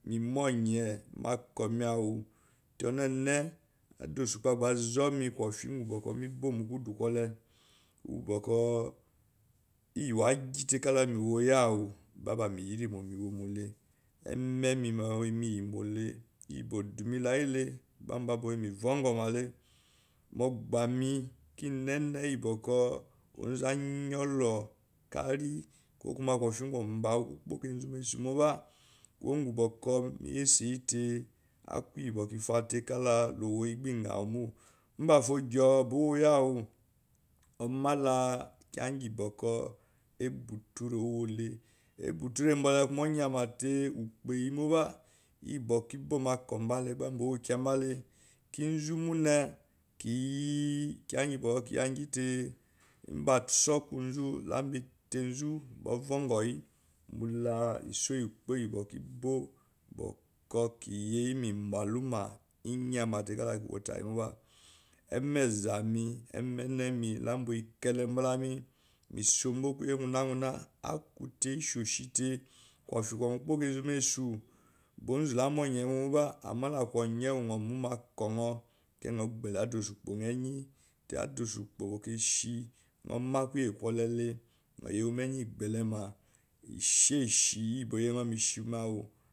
Me munye magoume awu adausukpo gá gba zome kwfi ngo fo ngu me bomo kudukale iye wagite kala me woi awu gba ba miyi mewomolé emene maa iyibokou udume layi le gba meuba ba oyime layi le gba mnba ba oyime vangoma le mogbame ogun bawu ko kari kekpo kanzomeso móbá kowo gumba efatai iyibakur lo woiyi mo gba mbafo gyou ba owoiyi aw omala kiya ngi boko ebotue owole eboutue nnbole nyamatei ukpo iye moba iyi ba mabe male gba mbowokyabale kiyi kiyangi mba sokunzu mbate zu ovoungo ngzu mbulá isoó iyi ukpo kiyi mbalumá ifate kala kiwo tai moba emezámé la emeneme la mboyi kule mbúláme me sonbo kwoye ifa tei kwofi quikpo kezomai su onzu la mu nya mo moba ama la kunya ewuba nyo awu bokur myo momakunyo tai myo yewu meyi gélémá eshise iye bokur iye nyo meshimo awu nyo yewu meyegbelema